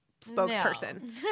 spokesperson